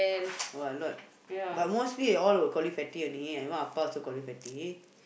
!wah! a lot but mostly all will call you fatty only even ah pa also call you fatty